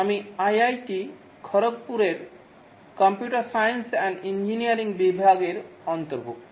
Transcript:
আমি আইআইটি খড়গপুরের computer science and engineering বিভাগের অন্তর্ভুক্ত